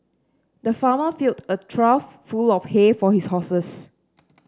the farmer filled a trough full of hay for his horses